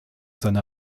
seine